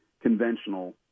conventional